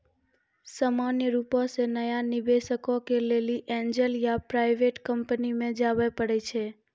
सामान्य रुपो से नया निबेशको के लेली एंजल या प्राइवेट कंपनी मे जाबे परै छै